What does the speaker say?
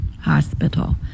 hospital